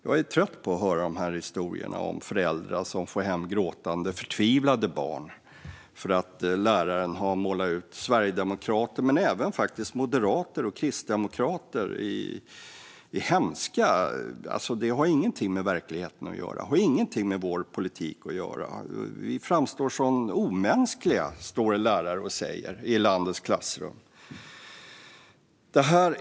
Jag är trött på att höra de här historierna om föräldrar som får hem gråtande förtvivlade barn för att läraren har målat ut sverigedemokrater och ibland även moderater och kristdemokrater som hemska. Det som sägs har ingenting med verkligheten eller vår politik att göra. Vi framstår som omänskliga. Detta står lärare och säger i landets klassrum. Fru talman!